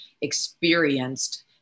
experienced